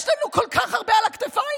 יש לנו כל כך הרבה על הכתפיים.